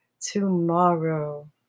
tomorrow